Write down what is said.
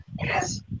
yes